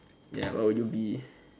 ya what will you be